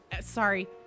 Sorry